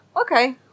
okay